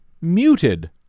muted